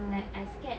like I scared